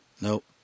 Nope